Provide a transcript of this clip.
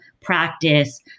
practice